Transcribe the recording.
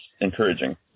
encouraging